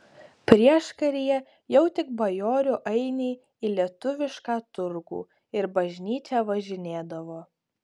prieškaryje jau tik bajorų ainiai į lietuvišką turgų ir bažnyčią važinėdavo